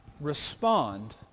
respond